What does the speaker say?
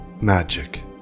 Magic